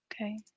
Okay